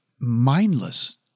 mindless